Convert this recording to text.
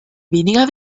weniger